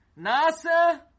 Nasa